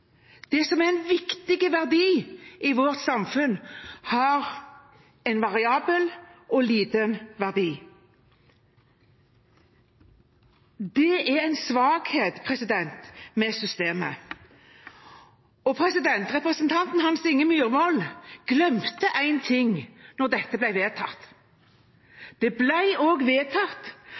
Det som er en viktig verdi i vårt samfunn, har en variabel og liten verdi. Det er en svakhet med systemet. Representanten Hans Inge Myrvold glemte en ting da dette ble vedtatt. Da Stortinget vedtok at vi skulle ha Nye metoder, vedtok man samtidig at det